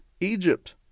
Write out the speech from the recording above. Egypt